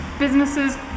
businesses